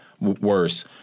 worse—